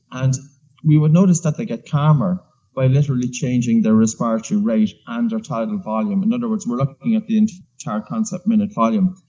and we would notice that they get calmer by literally changing their respiratory rate and their total and volume. in other words, we're looking at the and entire concept minute volume.